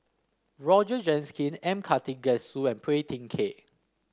Roger Jenkin M Karthigesu and Phua Thin Kiay